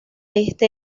este